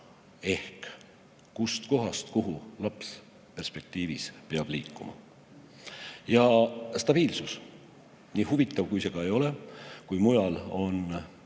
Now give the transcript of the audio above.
ehk kust kohast kuhu laps perspektiivis peab liikuma. Ja stabiilsus. Nii huvitav kui see ka ei ole, kui mujal